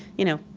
you know,